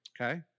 okay